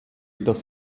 das